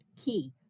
key